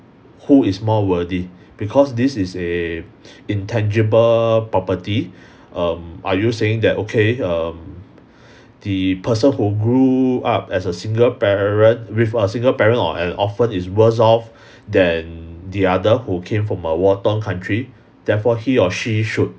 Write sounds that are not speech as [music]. who is more worthy because this is a intangible property [breath] um are you saying that okay um [breath] the person who grew up as a single parent with a single parent or an orphan is worse off than the other who came from a war-torn country therefore he or she should